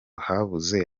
habuze